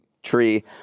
tree